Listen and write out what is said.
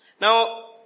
now